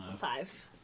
Five